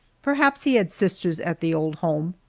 perhaps he had sisters at the old home,